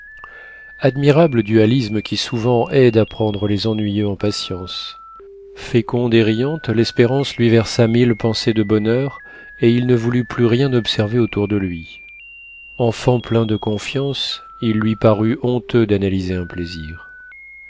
admirable dualisme qui souvent aide à prendre les ennuyeux en patience féconde et riante l'espérance lui versa mille pensées de bonheur et il ne voulut plus rien observer autour de lui enfant plein de confiance il lui parut honteux d'analyser un plaisir